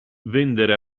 vendere